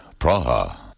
Praha